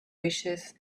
wishes